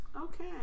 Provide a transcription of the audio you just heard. Okay